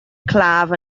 claf